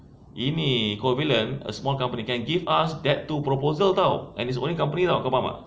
ini covalent one company can give us that two proposal [tau] and it's only company kau faham tak